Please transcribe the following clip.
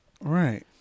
Right